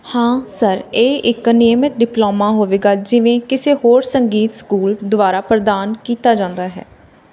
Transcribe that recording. ਹਾਂ ਸਰ ਇਹ ਇੱਕ ਨਿਯਮਿਤ ਡਿਪਲੋਮਾ ਹੋਵੇਗਾ ਜਿਵੇਂ ਕਿਸੇ ਹੋਰ ਸੰਗੀਤ ਸਕੂਲ ਦੁਆਰਾ ਪ੍ਰਦਾਨ ਕੀਤਾ ਜਾਂਦਾ ਹੈ